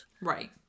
right